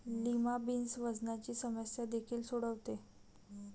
lima beans वजनाची समस्या देखील सोडवते